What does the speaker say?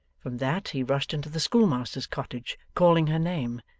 from that, he rushed into the schoolmaster's cottage, calling her name.